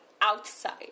outside